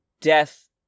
death